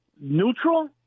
neutral